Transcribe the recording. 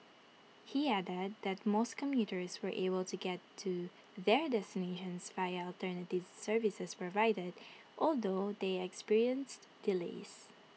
he added that most commuters were able to get to their destinations via alternative services provided although they experienced delays